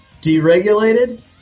Deregulated